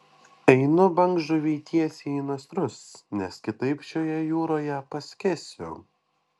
einu bangžuvei tiesiai į nasrus nes kitaip šioje jūroje paskęsiu